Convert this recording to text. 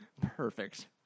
Perfect